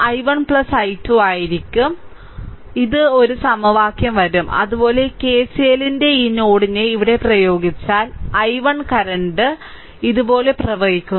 അതിനാൽ i1 i2 1 ഇത് ഒരു സമവാക്യം വരും അതുപോലെ KCL ല്ലിന്റെ ഈ നോഡിനെ ഇവിടെ പ്രയോഗിച്ചാൽ i1 കറന്റ് ഈ i1 കറന്റ് ഇതുപോലെ പ്രവഹിക്കുന്നു